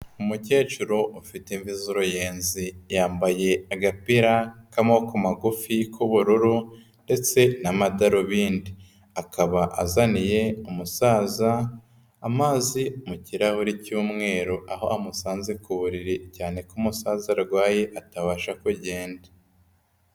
Umukecuru ufite imvi z'uruyenzi, yambaye agapira k'amaboko magufi k'ubururu ndetse n'amadarubindi. Akaba azaniye umusaza amazi mu kirahure cy'umweru aho amusanze ku buriri cyane ko umusaza arwaye atabasha kugenda.